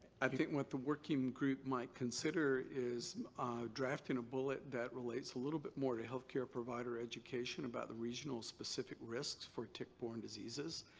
i think what the working group might consider is drafting a bullet that relates a little bit more to health care provider education education about the regional specific risks for tick-borne diseases